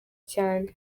cyane